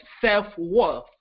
self-worth